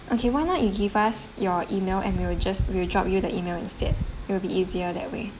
okay why not you give us your email and we will just we'll drop you the email instead it'll be easier that way